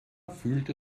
fühlte